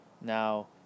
Now